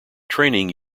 training